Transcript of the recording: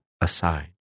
aside